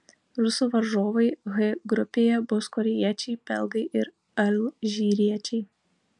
rusų varžovai h grupėje bus korėjiečiai belgai ir alžyriečiai